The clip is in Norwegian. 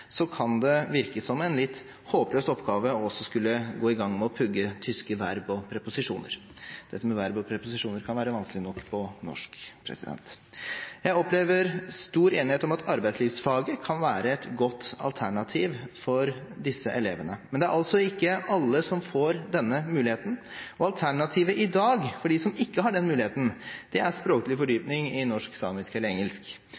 kan det virke som en litt håpløs oppgave å skulle gå i gang med å pugge tyske verb og preposisjoner. Dette med verb og preposisjoner kan være vanskelig nok på norsk. Jeg opplever stor enighet om at arbeidslivsfaget kan være et godt alternativ for disse elevene, men det er altså ikke alle som får denne muligheten, og alternativet i dag for dem som ikke har den muligheten, er språklig fordypning i norsk, samisk eller engelsk.